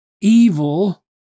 evil